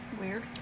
Weird